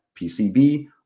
PCB